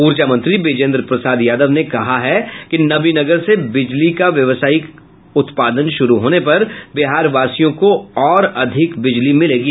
ऊर्जा मंत्री बिजेंद्र प्रसाद यादव ने कहा है कि नवीनगर से बिजली को व्यावसायिक उत्पादन शुरू होने पर बिहारवासियों को और अधिक बिजली मिलेगी